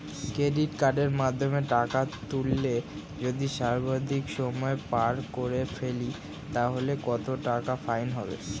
Credit কার্ডের মাধ্যমে টাকা তুললে যদি সর্বাধিক সময় পার করে ফেলি তাহলে কত টাকা ফাইন হবে?